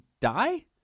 die